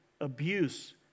abuse